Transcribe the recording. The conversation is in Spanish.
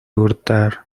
hurtar